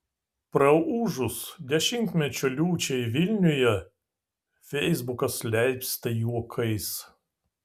praūžus dešimtmečio liūčiai vilniuje feisbukas leipsta juokais